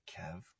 Kev